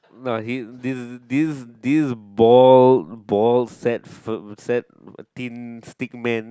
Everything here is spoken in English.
nah this this this ball ball sets f~ set thin stickman